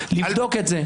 לבדוק את זה,